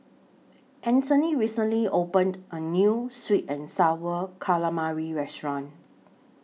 Antony recently opened A New Sweet and Sour Calamari Restaurant